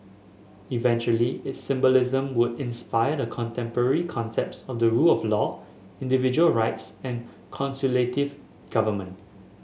eventually its symbolism would inspire the contemporary concepts of the rule of law individual rights and consultative government